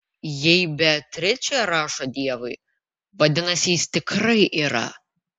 jei beatričė rašo dievui vadinasi jis tikrai yra